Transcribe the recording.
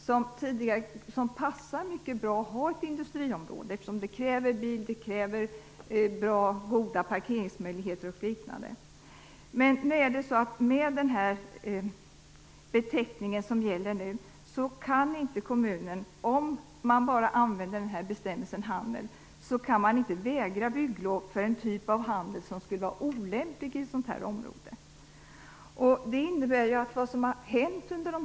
Sådan handel passar mycket bra att ha i ett industriområde, eftersom det krävs bil, goda parkeringsmöjligheter och liknande. Med den beteckning som gäller nu kan kommunen inte, om man bara använder bestämmelsen handel, vägra bygglov för en typ av handel som skulle vara olämplig i ett sådant här område.